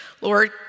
Lord